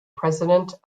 president